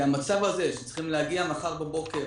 כי המצב הזה, שצריכים להגיע מחר בבוקר,